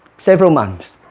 several months